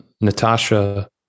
Natasha